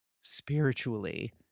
spiritually